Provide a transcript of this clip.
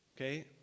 okay